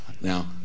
Now